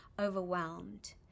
overwhelmed